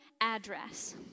address